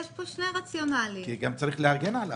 צריך גם להגן עליו.